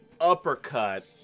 uppercut